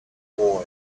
boy